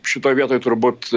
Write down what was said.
šitoj vietoj turbūt